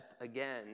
again